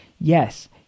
Yes